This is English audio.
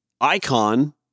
icon